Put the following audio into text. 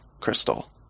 crystal